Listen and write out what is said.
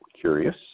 curious